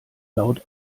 laut